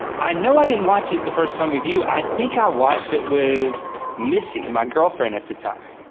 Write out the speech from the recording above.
i know i didn't watch it the first time with you. i think i watched it with missy, my girlfriend at the time.